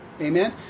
Amen